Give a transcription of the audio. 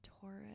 Taurus